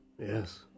Yes